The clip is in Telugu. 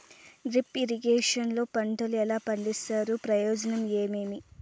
డ్రిప్ ఇరిగేషన్ లో పంటలు ఎలా పండిస్తారు ప్రయోజనం ఏమేమి?